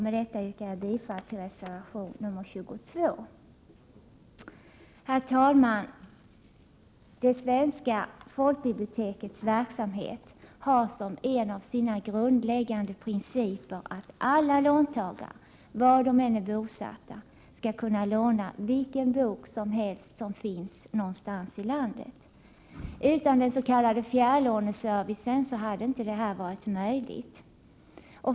Med detta yrkar jag bifall till reservation 22. Herr talman! Det svenska folkbibliotekets verksamhet har som en av sina grundläggande principer att alla låntagare — var de än är bosatta — skall kunna låna vilken bok som helst som finns någonstans i landet. Utan den s.k. fjärrlåneservicen hade detta inte varit möjligt.